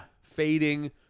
Fading